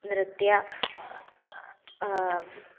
नृत्यं